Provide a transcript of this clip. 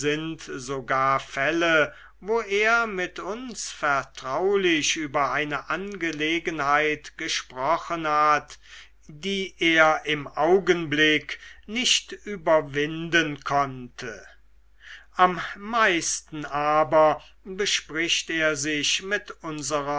fälle wo er mit uns vertraulich über eine angelegenheit gesprochen hat die er im augenblick nicht überwinden konnte am meisten aber bespricht er sich mit